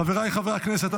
חבריי חברי הכנסת,